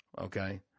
Okay